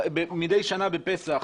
מידי שנה בפסח